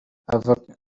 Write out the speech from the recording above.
abavoka